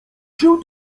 się